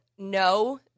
No